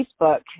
Facebook